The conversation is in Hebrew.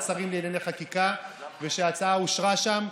שרים לענייני חקיקה ושההצעה אושרה שם.